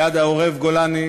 ליד העורב-גולני,